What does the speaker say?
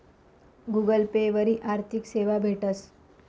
Google Pay वरी आर्थिक सेवा भेटस